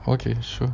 okay sure